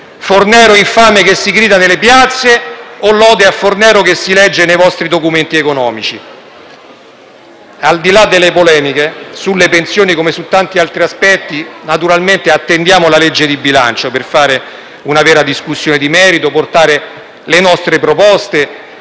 «Fornero infame», come si grida nelle piazze, o «Lode a Fornero», come si legge nei vostri documenti economici? Al di là delle polemiche, sulle pensioni come su tanti altri aspetti, naturalmente attendiamo la legge di bilancio per fare una vera discussione di merito e portare le nostre proposte,